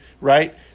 right